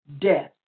death